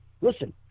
Listen